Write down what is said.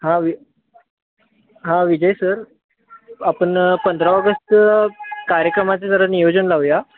हां वि हां विजय सर आपण पंधरा ऑगस्ट कार्यक्रमाचे जरा नियोजन लावूया